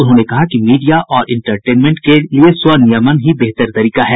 उन्होंने कहा कि मीडिया और इंटरटेनमेंट क्षेत्र के लिए स्व नियमन ही बेहतर तरीका है